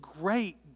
great